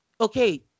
okay